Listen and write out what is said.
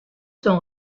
sont